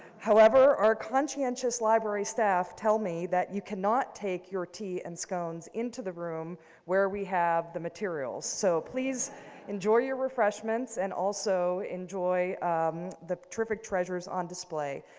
however, our conscientious library staff tell me that you cannot take your tea and scones into the room where we have the materials. so please enjoy your refreshments and also enjoy the terrific treasures on display.